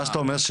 מה שאתה אומר,